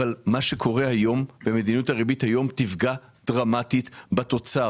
אבל מה שקורה שמדיניות הריבית היום תפגע דרמטית בתוצר.